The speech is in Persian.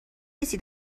کسی